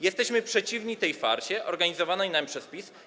Jesteśmy przeciwni tej farsie organizowanej nam przez PiS.